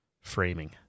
framing